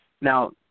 Now